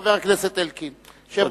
אדוני, חבר הכנסת אלקין, יושב-ראש הקואליציה.